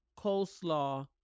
coleslaw